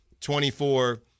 24